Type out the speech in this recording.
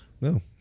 No